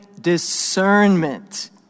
discernment